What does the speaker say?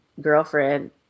girlfriend